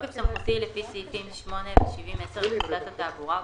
התשפ"א-2020 בתוקף סמכותי לפי סעיפים 8 ו-70(10) לפקודת התעבורה,